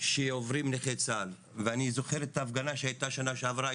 שעוברים נכי צה"ל ואני זוכר את ההפגנה שהייתה שנה שעברה,